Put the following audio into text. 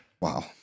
Wow